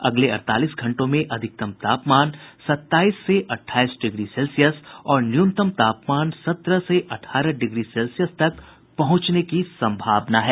अगले अड़तालीस घंटों में अधिकतम तापमान सत्ताईस से अठाईस डिग्री सेल्सियस और न्यूनतम तापमान सत्रह से अठारह डिग्री सेल्सियस तक पहुंचने की सम्भावना है